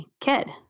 kid